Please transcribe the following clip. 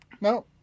No